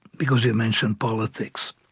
because you mentioned politics,